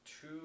Two